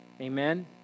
Amen